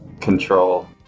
Control